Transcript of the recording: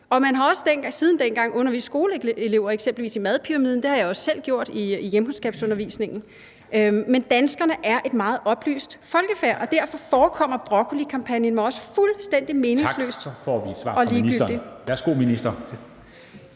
Og man har også siden dengang undervist skoleelever i eksempelvis madpyramiden; det har jeg også selv gjort i hjemkundskabsundervisningen. Men danskerne er et meget oplyst folkefærd, og derfor forekommer broccolikampagnen mig også fuldstændig meningsløs og ligegyldig. Kl. 13:51 Formanden (Henrik